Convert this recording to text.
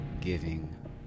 giving